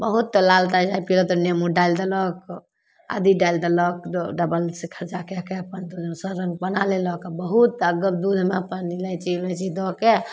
बहुत तऽ लाल चाइ पिलक तऽ नेमो डालि देलक आदी डालि देलक डबलसे खरचा कऽके अपन दोसर रङ्ग बना लेलक आओर बहुत दूधमे अपन इलाइची उलाइची दऽके